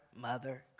mother